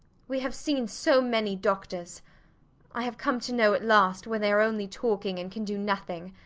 we have seen so many doctors i have come to know at last when they are only talking and can do nothing.